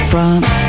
France